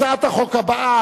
הצעת החוק הבאה,